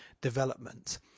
development